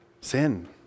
sin